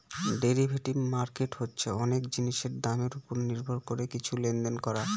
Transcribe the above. derivative market হচ্ছে অনেক জিনিসের দামের ওপর নির্ভর করে কিছু লেনদেন করা